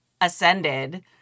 ascended